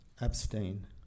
Abstain